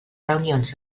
reunions